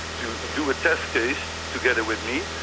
to do a test case together with me,